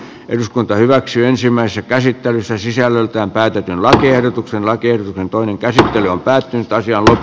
eduskunta hyväksyy ensimmäistä käsittelyssä sisällöltään päätetyn lakiehdotuksen lakien toinen käsittely on päättynyt ja